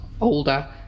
older